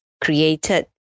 created